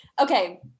Okay